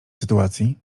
sytuacji